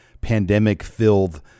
pandemic-filled